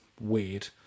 weird